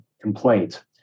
complaint